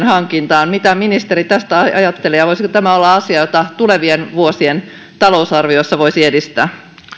hankintaan mitä ministeri tästä ajattelee ja voisiko tämä olla asia jota tulevien vuosien talousarviossa voisi edistää